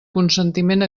consentiment